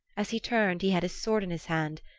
as he turned he had his sword in his hand,